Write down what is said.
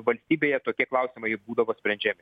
valstybėje tokie klausimai būdavo sprendžiami